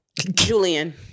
Julian